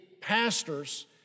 pastors